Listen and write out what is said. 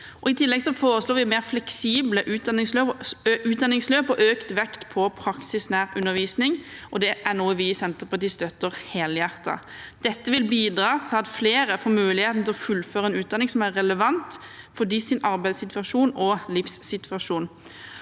I tillegg foreslår vi mer fleksible utdanningsløp og økt vekt på praksisnær undervisning, og det er noe vi i Senterpartiet støtter helhjertet. Dette vil bidra til at flere får muligheten til å fullføre en utdanning som er relevant for deres arbeidssituasjon og livssituasjon.